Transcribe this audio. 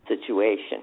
situation